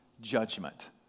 judgment